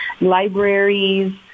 libraries